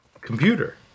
computer